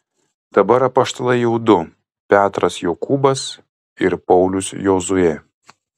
dabar apaštalai jau du petras jokūbas ir paulius jozuė